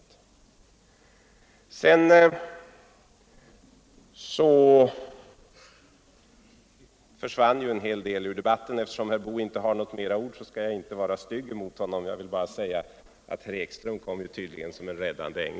En hel del frågor försvann ur debatten, och eftersom herr Boo inte var så ordrik i sitt senaste inlägg skall jag inte vara stygg mot honom. Jag vill bara säga att herr Ekström tydligen kom som en räddande ängel.